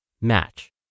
match